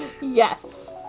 Yes